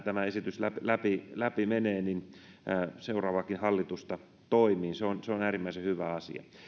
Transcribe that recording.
tämä esitys läpi läpi menee seuraavaakin hallitusta toimiin se on se on äärimmäisen hyvä asia